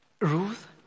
Ruth